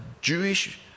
Jewish